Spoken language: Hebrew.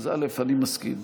אז א', אני מסכים.